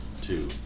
Two